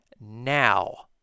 now